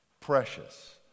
precious